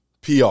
PR